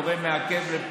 אני אומר את זה בשם השרה,